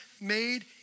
made